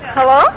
Hello